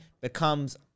becomes